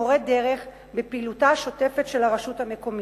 מורה דרך בפעילותה השוטפת של הרשות המקומית.